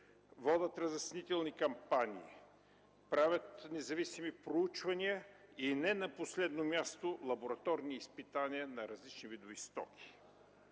водят разяснителни кампании, правят независими проучвания и не последно място – лабораторни изпитания на различни видове стоки.